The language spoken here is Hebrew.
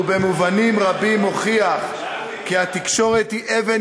ובמובנים רבים הוכיח כי התקשורת היא אבן